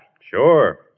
Sure